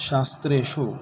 शास्त्रेषु